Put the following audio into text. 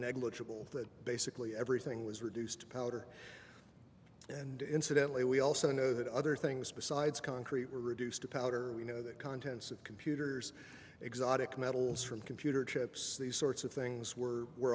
negligible that basically everything was reduced to powder and incidentally we also know that other things besides concrete were reduced to powder we know that contents of computers exotic metals from computer chips these sorts of things were were